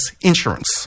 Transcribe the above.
insurance